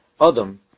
Adam